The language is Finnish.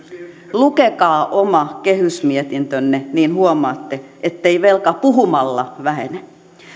lukekaa oma kehysmietintönne niin huomaatte ettei velka puhumalla vähene